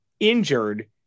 Injured